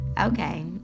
Okay